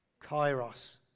Kairos